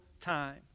time